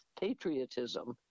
patriotism